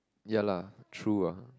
ya lah true ah